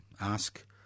Ask